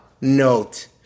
note